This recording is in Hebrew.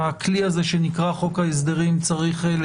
הכלי הזה שנקרא חוק ההסדרים צריך לעבור